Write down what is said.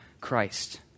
Christ